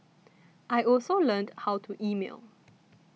I also learned how to email